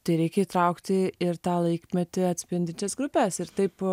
tai reikia įtraukti ir tą laikmetį atspindinčias grupes ir taip